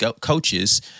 coaches